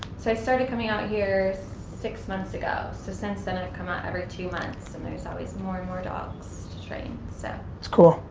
so i started coming out here six months ago. so since then i've come out every two months. and there's always more and more dogs to train. so that's cool.